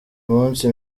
munsi